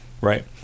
right